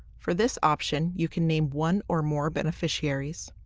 for this option, you can name one or more beneficiaries.